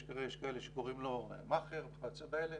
יש כאלה שקוראים לו מאכר וכיוצא באלה,